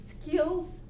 skills